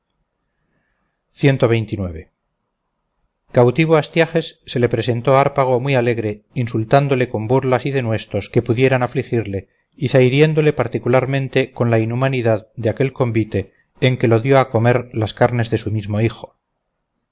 cautivo astiages se le presentó hárpago muy alegre insultándole con burlas y denuestos que pudieran afligirle y zahiriéndole particularmente con la inhumanidad de aquel convite en que lo dio a comer las carnes de su mismo hijo